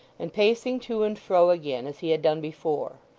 and pacing to and fro again as he had done before.